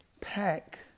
pack